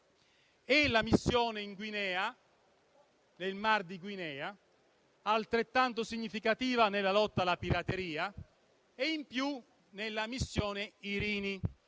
alla missione in Guinea, nel Mar di Guinea, altrettanto significativa nella lotta alla pirateria; e alla missione Irini.